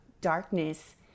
darkness